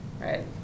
right